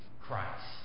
Christ